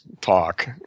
talk